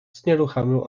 znieruchomiał